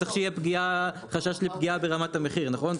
צריך שיהיה חשש לפגיעה ברמת המחיר נכון?